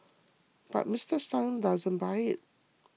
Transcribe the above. but Mister Sung doesn't buy it